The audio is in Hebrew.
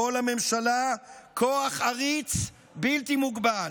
שבו לממשלה כוח עריץ בלתי מוגבל.